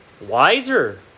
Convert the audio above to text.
wiser